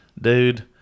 dude